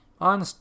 on